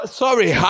sorry